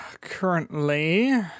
currently